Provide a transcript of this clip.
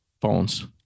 phones